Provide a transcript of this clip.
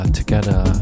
together